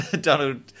Donald